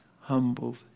humbled